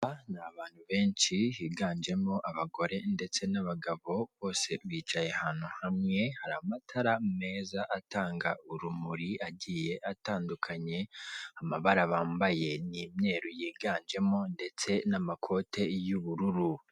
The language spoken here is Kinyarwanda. Aba ni abantu benshi higanjemo abagore ndetse n'abagabo, bicaye ahantu hamwe, hari amatara meza atanga urumuri agiye atandukanye, amabara bambaye ni imyeru yiganjemo ndetse n'amakote y'ubururu.